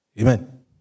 Amen